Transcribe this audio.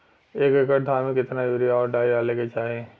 एक एकड़ धान में कितना यूरिया और डाई डाले के चाही?